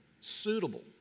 suitable